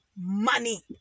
money